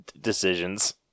decisions